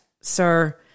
sir